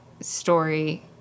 story